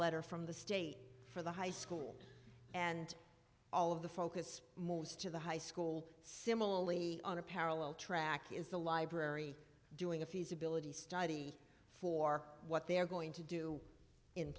letter from the state for the high school and all of the focus more was to the high school similarly on a parallel track is the library doing a feasibility study for what they're going to do in